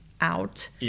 out